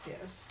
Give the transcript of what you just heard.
Yes